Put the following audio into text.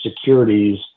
securities